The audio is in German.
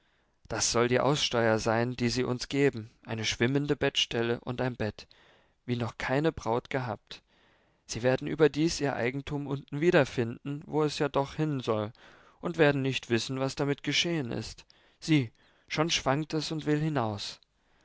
das soll die aussteuer sein die sie uns geben eine schwimmende bettstelle und ein bett wie noch keine braut gehabt sie werden überdies ihr eigentum unten wieder finden wo es ja dochhin soll und werden nicht wissen was damit geschehen ist sieh schon schwankt es und will hinaus